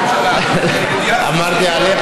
אמרתי עליך,